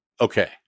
Okay